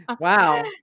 Wow